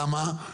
למה?